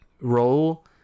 role